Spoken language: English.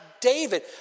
David